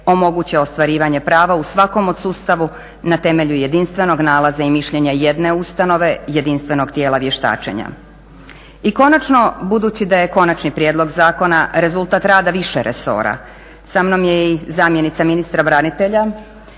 omoguće ostvarivanje prava u svakom od sustava na temelju jedinstvenog nalaza i mišljenja jedne ustanove jedinstvenog tijela vještačenja. I konačno, budući da je konačni prijedlog zakona rezultat rada više resora sa mnom je i zamjenica ministra branitelja